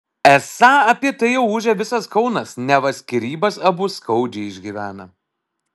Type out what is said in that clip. esą apie tai jau ūžia visas kaunas neva skyrybas abu skaudžiai išgyvena